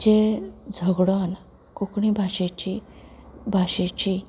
जे झगडोन कोंकणी भाशेची भाशेची